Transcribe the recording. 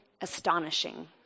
astonishing